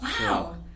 Wow